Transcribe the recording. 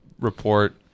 report